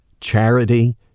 charity